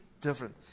different